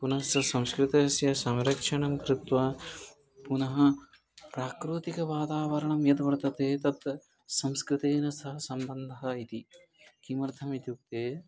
पुनश्च संस्कृतस्य संरक्षणं कृत्वा पुनः प्राकृतिकं वातावरणं यद् वर्तते तत् संस्कृतेन सह सम्बन्धः इति किमर्थम् इत्युक्ते